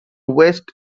west